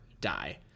die